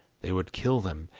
they would kill them,